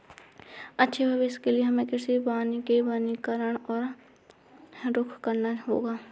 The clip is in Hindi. अच्छे भविष्य के लिए हमें कृषि वानिकी वनीकरण की और रुख करना होगा